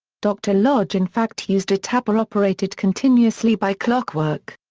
dr. lodge in fact used a tapper operated continuously by clockwork.